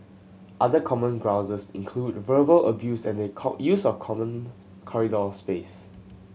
other common grouses include verbal abuse and the use of common corridor space